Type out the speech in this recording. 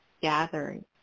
gathering